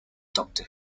doctor